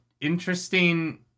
Interesting